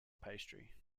pastry